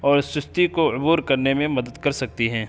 اور سستی کو عبور کرنے میں مدد کر سکتی ہے